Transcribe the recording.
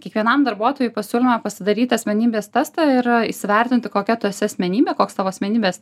kiekvienam darbuotojui pasiūlėme pasidaryti asmenybės testą ir įsivertinti kokia tu esi asmenybė koks tavo asmenybės